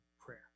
prayer